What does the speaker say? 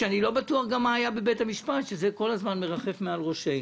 אני לא בטוח גם מה היה בבית המשפט וזה כל הזמן מרחף מעל ראשנו.